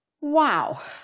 Wow